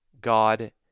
God